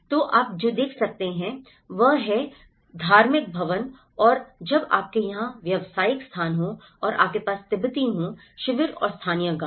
तो आप जो देख सकते हैं वह है धार्मिक भवन और जब आपके यहां व्यावसायिक स्थान हों और आपके पास तिब्बती हों शिविर और स्थानीय गाँव